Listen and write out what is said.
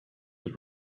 that